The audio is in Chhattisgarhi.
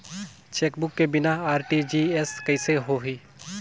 चेकबुक के बिना आर.टी.जी.एस कइसे होही?